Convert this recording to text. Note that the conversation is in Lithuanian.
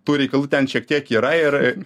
tų reikalų ten šiek tiek yra ir